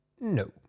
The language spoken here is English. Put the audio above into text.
No